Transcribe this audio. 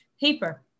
paper